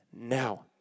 now